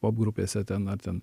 popgrupėse ten ar ten